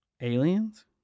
aliens